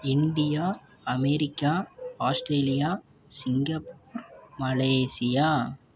India America Australia Singapore Malaysia